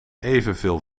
evenveel